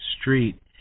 street